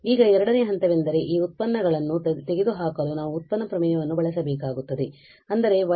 ಈಗ ಎರಡನೆಯ ಹಂತವೆಂದರೆ ಈ ವ್ಯುತ್ಪನ್ನಗಳನ್ನುತೆಗೆದುಹಾಕಲು ನಾವು ವ್ಯುತ್ಪನ್ನ ಪ್ರಮೇಯವನ್ನು ಬಳಸಬೇಕಾಗುತ್ತದೆ ಅಂದರೆ y′′